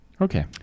Okay